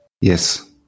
Yes